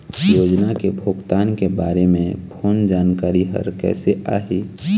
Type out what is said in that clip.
योजना के भुगतान के बारे मे फोन जानकारी हर कइसे आही?